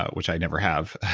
ah which i never have,